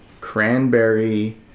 cranberry